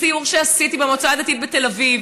בסיור שעשיתי במועצה הדתית בתל אביב,